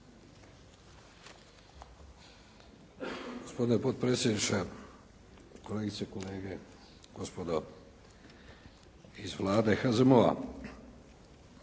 Gospodine potpredsjedniče, kolegice i kolege, gospodo iz Vlade, HZMO-a.